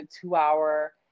two-hour